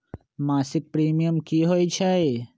मासिक प्रीमियम की होई छई?